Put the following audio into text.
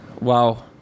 Wow